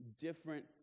different